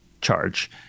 charge